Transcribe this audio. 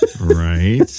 Right